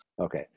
Okay